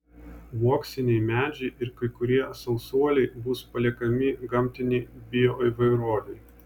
uoksiniai medžiai ir kai kurie sausuoliai bus paliekami gamtinei bioįvairovei